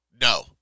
No